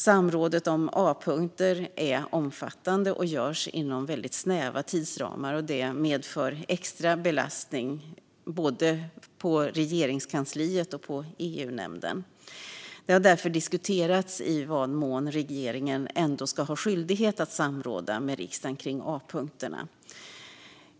Samrådet om A-punkter är omfattande och genomförs inom väldigt snäva tidsramar, vilket medför extra belastning på både Regeringskansliet och EU-nämndens ledamöter. Det har därför diskuterats i vad mån regeringen ändå ska ha skyldighet att samråda med riksdagen om A-punkterna.